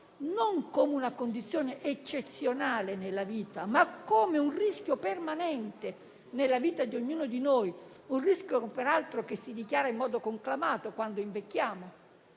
non come condizione eccezionale nella vita, ma come un rischio permanente nella vita di ognuno di noi. È un rischio che peraltro si dichiara in modo conclamato quando invecchiamo,